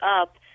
up